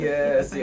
Yes